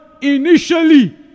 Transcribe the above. initially